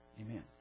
Amen